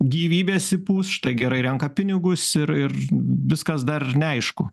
gyvybės įpūs štai gerai renka pinigus ir ir viskas dar neaišku